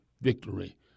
victory